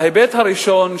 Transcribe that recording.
ההיבט הראשון,